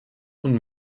und